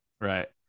Right